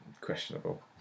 Questionable